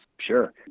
Sure